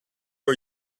are